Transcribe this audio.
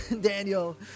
Daniel